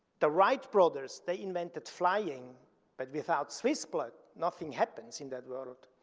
the wright brothers, they invented flying but without swiss blood, nothing happens in that world.